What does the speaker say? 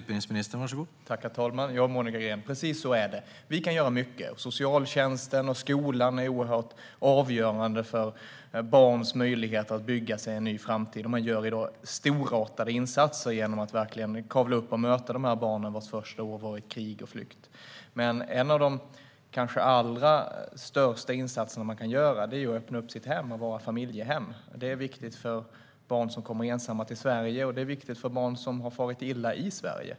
Herr talman! Ja, precis så är det, Monica Green. Vi kan göra mycket - socialtjänsten och skolan är oerhört avgörande för barns möjligheter att bygga sig en framtid, och där gör man i dag storartade insatser genom att kavla upp ärmarna och verkligen möta dessa barn vars första år bestått av krig och flykt. En av de kanske allra största insatser människor kan göra är dock att öppna sitt hem och vara familjehem. Det är viktigt för barn som kommer ensamma till Sverige, och det är viktigt för barn som har farit illa i Sverige.